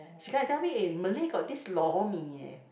she come and tell me eh Malay got this lor mee eh